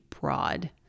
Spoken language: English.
broad